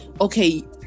okay